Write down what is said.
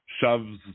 shoves